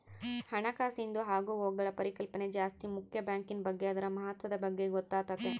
ಹಣಕಾಸಿಂದು ಆಗುಹೋಗ್ಗುಳ ಪರಿಕಲ್ಪನೆ ಜಾಸ್ತಿ ಮುಕ್ಯ ಬ್ಯಾಂಕಿನ್ ಬಗ್ಗೆ ಅದುರ ಮಹತ್ವದ ಬಗ್ಗೆ ಗೊತ್ತಾತತೆ